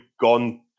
gone